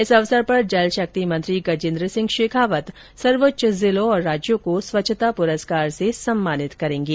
इस अवसर पर जल शक्ति मंत्री गजेन्द्र सिंह शेखावत सर्वोच्च जिलों और राज्यों को स्वच्छता पुरस्कार से सम्मानित करेंगे